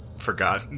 forgot